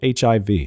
HIV